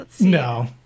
no